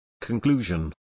Conclusion